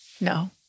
no